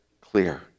clear